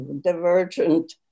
divergent